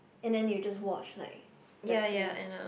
and then you just watch like the planes